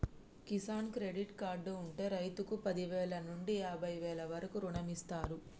Kisan credit card ఉంటె రైతుకు పదివేల నుండి యాభై వేల వరకు రుణమిస్తారు